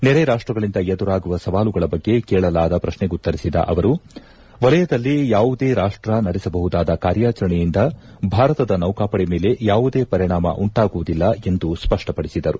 ನೆರೆ ರಾಷ್ಟಗಳಿಂದ ಎದುರಾಗುವ ಸವಾಲುಗಳ ಬಗ್ಗೆ ಕೇಳಲಾದ ಪ್ರಕ್ನೆಗುತ್ತರಿಸಿದ ಅವರು ವಲಯದಲ್ಲಿ ಯಾವುದೇ ರಾಪ್ಷ ನಡೆಸಬಹುದಾದ ಕಾರ್ಯಾಚರಣೆಯಿಂದ ಭಾರತದ ನೌಕಾಪಡೆ ಮೇಲೆ ಯಾವುದೇ ಪರಿಣಾಮ ಉಂಟಾಗುವುದಿಲ್ಲ ಎಂದು ಸ್ಪಷ್ಟಪಡಿಸಿದರು